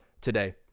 today